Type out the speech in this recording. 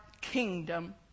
kingdom